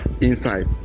inside